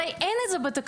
הרי אין את זה בתקנות,